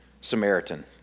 Samaritan